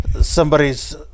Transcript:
somebody's